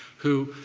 who